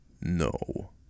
No